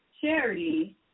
charity